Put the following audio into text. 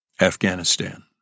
Afghanistan